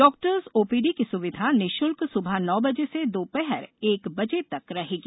doctors OPD की सुविधा निःशुल्क सुबह नौ बजे से दोपहर एक बजे तक रहेगी